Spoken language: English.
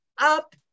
up